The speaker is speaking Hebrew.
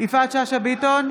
יפעת שאשא ביטון,